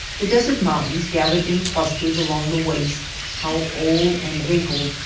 the desert mountains gathered in clusters along the waste, how old and wrinkled,